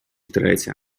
третє